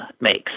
makes